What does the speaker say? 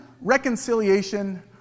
reconciliation